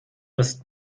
ist